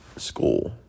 school